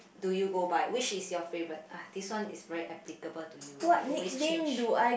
do you go by which is your favourite ah this one is very applicable to you you always change